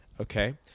Okay